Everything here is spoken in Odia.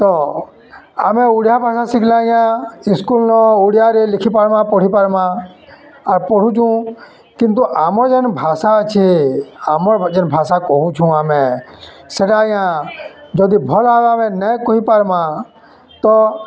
ତ ଆମେ ଓଡ଼ିଆ ଭାଷା ଶିଖ୍ଲେ ଆଜ୍ଞା ସ୍କୁଲ୍ନ ଓଡ଼ିଆରେ ଲେଖି ପାର୍ମା ପଢ଼ି ପାର୍ମା ଆର୍ ପଢ଼ୁଛୁଁ କିନ୍ତୁ ଆମର୍ ଯେନ୍ ଭାଷା ଅଛେ ଆମର୍ ଯେନ୍ ଭାଷା କହୁଛୁଁ ଆମେ ସେଟା ଆଜ୍ଞା ଯଦି ଭଲ୍ ଭାବେ ଆମେ ନାଇଁ କହିପାର୍ମା ତ